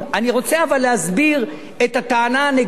אבל אני רוצה להסביר את הטענה הנגדית,